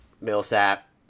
Millsap